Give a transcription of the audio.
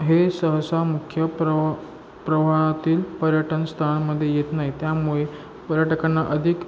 हे सहसा मुख्य प्रवाह प्रवाहातील पर्यटन स्थळांमध्ये येत नाही त्यामुळे पर्यटकांना अधिक